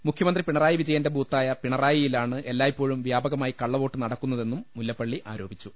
മുഖ്യമന്ത്രി പിണറായി വിജയന്റെ ബൂത്തായ പിണറായിലാണ് എല്ലായ്പ്പോഴും വ്യാപകമായി കള്ളവോട്ട് നടക്കുന്നതെന്നും മുല്ല പ്പളളി ആരോപിച്ചു